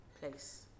Place